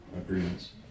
agreements